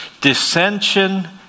dissension